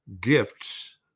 gifts